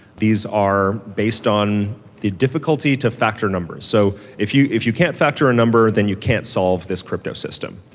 these are based on the difficulty to factor numbers. so if you if you can't factor a number, then you can't solve this cryptosystem,